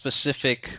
specific